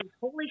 holy